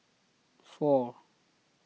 four